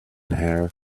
hair